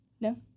No